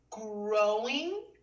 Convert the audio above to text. growing